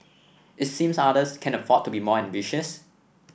it seems others can afford to be more ambitious